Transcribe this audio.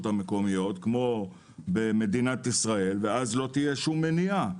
המקומיות כמו במדינת ישראל ואז לא תהיה שום מניעה.